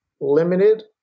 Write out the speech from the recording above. Limited